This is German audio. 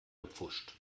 gepfuscht